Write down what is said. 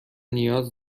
نیاز